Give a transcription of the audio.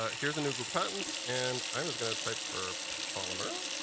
ah here's the new google patents. and i'm just going to type for polymer.